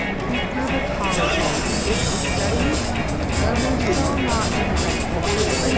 cucurbitology is the study you're so not even ready for this.